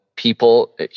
People